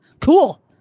Cool